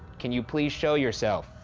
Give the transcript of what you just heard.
can you please show yourself?